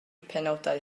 penawdau